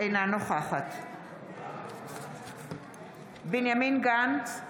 אינה נוכחת בנימין גנץ,